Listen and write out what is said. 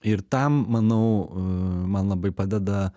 ir tam manau man labai padeda